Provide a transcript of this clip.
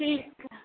ठीक आहे